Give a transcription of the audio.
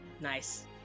Nice